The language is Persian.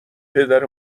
پدر